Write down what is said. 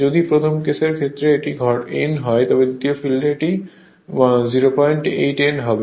যদি প্রথম কেস এর ক্ষেত্রে এটি n হয় তবে দ্বিতীয় ফিল্ডে এটি 08 n হবে